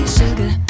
sugar